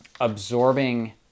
absorbing